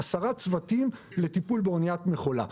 עשרה צוותים לטיפול באניית מכולה.